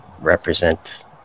represent